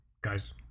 guys